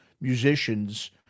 musicians